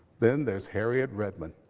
then there's harriet redmond.